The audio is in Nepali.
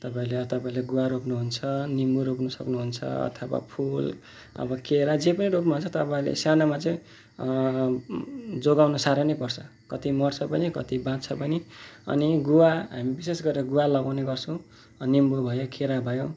तपाईँले तपाईँले गुवा रोप्नुहन्छ निम्बू रोप्नु सक्नुहुन्छ अथवा फुल अब केरा जे पनि रोप्नु हुन्छ तपाईँले सानोमा चाहिँ जोगाउन साह्रो नै पर्छ कति मर्छ पनि कति बाँच्छ पनि अनि गुवा हामी विशेष गरेर गुवा लगाउने गर्छौँ निम्बू भयो केरा भयो